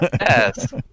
Yes